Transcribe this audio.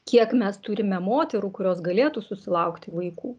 kiek mes turime moterų kurios galėtų susilaukti vaikų